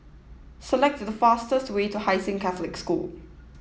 select the fastest way to Hai Sing Catholic School